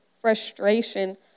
frustration